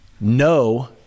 no